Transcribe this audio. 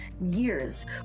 years